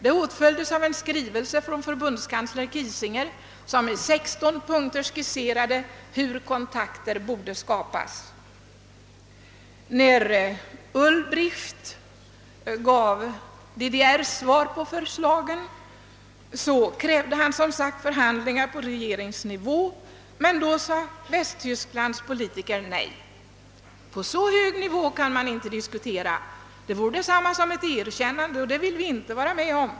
Det åtföljdes av en skrivelse från förbundskansler Kiesinger, som i 16 punkter skisserade hur kontakter borde skapas. När Ulbricht lämnade DDR:s svar krävde han förhandlingar på regeringsnivå, men då sade Västtysklands politiker nej: på så hög nivå kan man inte diskutera; det vore detsamma som att erkänna DDR, och det ville man inte vara med om.